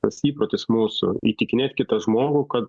tas įprotis mūsų įtikinėt kitą žmogų kad nu